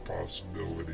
possibility